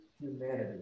humanity